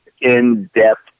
in-depth